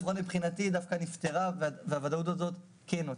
לפחות מבחינתי דווקא נפתרה והוודאות הזאת כן נוצרה.